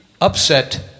upset